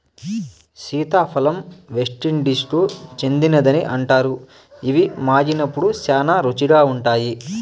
సీతాఫలం వెస్టిండీస్కు చెందినదని అంటారు, ఇవి మాగినప్పుడు శ్యానా రుచిగా ఉంటాయి